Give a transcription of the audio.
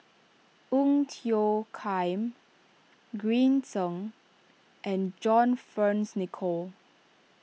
Ong Tiong Khiam Green Zeng and John Fearns Nicoll